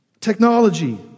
technology